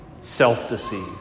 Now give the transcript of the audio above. self-deceived